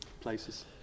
places